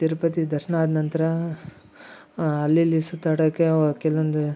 ತಿರುಪತಿ ದರ್ಶನ ಅದು ನಂತರ ಅಲ್ಲಿ ಇಲ್ಲಿ ಸುತ್ತಾಡೋಕೆ ಕೆಲವೊಂದು